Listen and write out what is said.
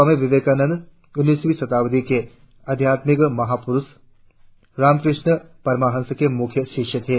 स्वामी विवेकानंद उन्नीसवी शताब्दी के आध्यात्मिक महापुरुष रामकृष्ण परमहंस के मुख्य शिष्य थे